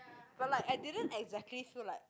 but like I didn't exactly feel like